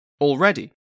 Already